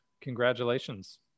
congratulations